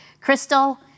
Crystal